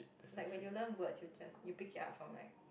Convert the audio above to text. like when you learn words you just you pick it up from like